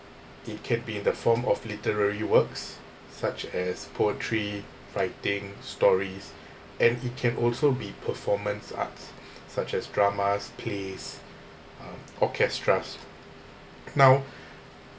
it can be in the form of literary works such as poetry writing stories and it can also be performance arts such as dramas plays uh orchestras now